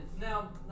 Now